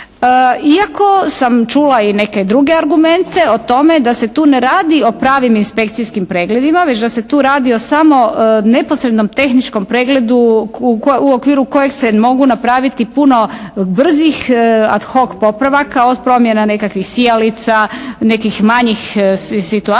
Iako sam čula i neke druge argumente o tome da se tu ne radi o pravnim inspekcijskim pregledima već da se tu radi o samo neposrednom tehničkom pregledu u okviru kojeg se mogu napraviti puno brzih ad hoc popravaka od promjena nekakvih sijalica, nekih manjih situacija